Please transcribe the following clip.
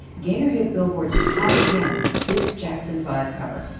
gaynor hit billboard's top ten with this jackson five cover